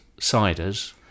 ciders